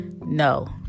No